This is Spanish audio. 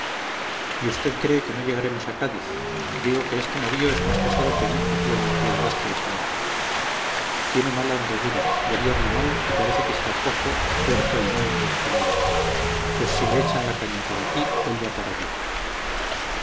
y usted cree que no llegaremos a cádiz digo que este navío es más pesado que el mismo plomo y además traicionero tiene mala andadura gobierna mal y parece que está cojo tuerto y manco como yo pues si le echan la caña para aquí él va para allí